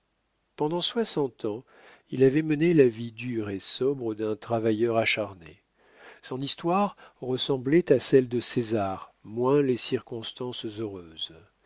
pendant soixante ans il avait mené la vie dure et sobre d'un travailleur acharné son histoire ressemblait à celle de césar moins les circonstances heureuses